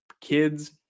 kids